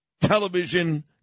television